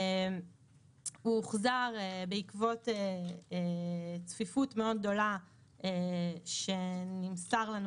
הוא הוחזר בעקבות צפיפות מאוד גדולה שנמסר לנו